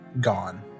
gone